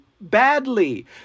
badly